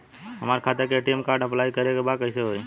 हमार खाता के ए.टी.एम कार्ड अप्लाई करे के बा कैसे होई?